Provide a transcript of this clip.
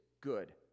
good